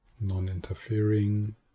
Non-interfering